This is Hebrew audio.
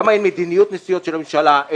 למה אין מדיניות נסיעות של הממשלה,